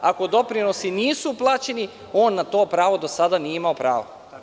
Ako doprinosi nisu plaćeni, on na to pravo do sada nije imao pravo.